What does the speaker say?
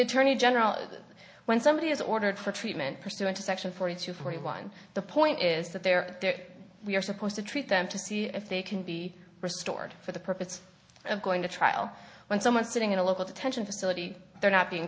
attorney general when somebody is ordered for treatment pursuant to section forty two forty one the point is that they are there we are supposed to treat them to see if they can be restored for the purpose of going to trial when someone sitting in a local tension facility they're not being